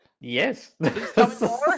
yes